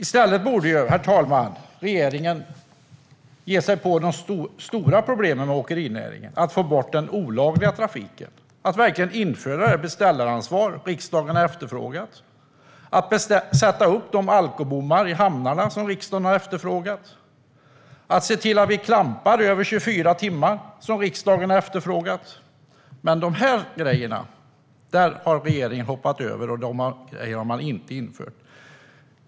I stället borde regeringen ge sig på det stora problemet i åkerinäringen och få bort den olagliga trafiken. Man borde införa det beställaransvar som riksdagen har efterfrågat. Man borde sätta upp de alkobommar i hamnarna som riksdagen har efterfrågat, och man borde se till att vi kan klampa i mer än 24 timmar. Men de här grejerna har regeringen hoppat över och inte infört.